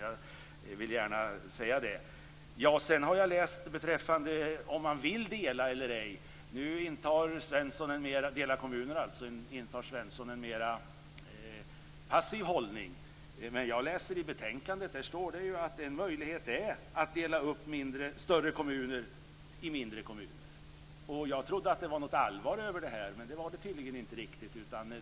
Jag vill gärna säga att det är detta som är innebörden i den principen. Ingvar Svensson en mera passiv hållning. I betänkandet står det dock: "En möjlighet - är - att dela upp större kommuner i mindre." Jag trodde att man menade allvar med detta, men så var det tydligen inte riktigt.